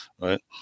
right